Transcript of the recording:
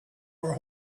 are